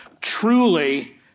truly